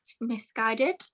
misguided